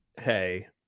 Hey